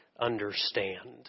understand